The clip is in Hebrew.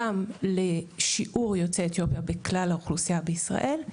גם לשיעור יוצאי אתיופיה בכלל האוכלוסיה בישראל,